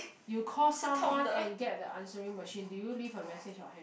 you call someone and get the answering machine do you leave a mesage or hang up